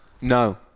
No